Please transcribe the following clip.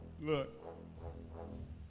look